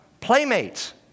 playmates